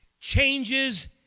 changes